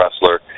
wrestler